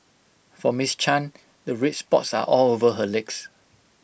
for miss chan the red spots are all over her legs